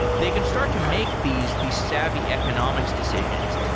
they can start to make these these savvy economics decisions.